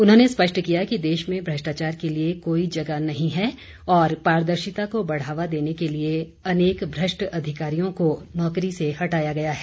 उन्होंने स्पष्ट किया कि देश में भ्रष्टाचार के लिए कोई जगह नहीं है और पारदर्शिता को बढ़ावा देने के लिए अनेक भ्रष्ट अधिकारियों को नौकरी से हटाया गया है